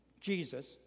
Jesus